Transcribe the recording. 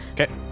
Okay